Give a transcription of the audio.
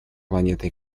планеты